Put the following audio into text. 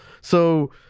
So-